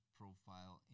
profile